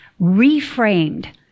reframed